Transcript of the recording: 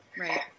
Right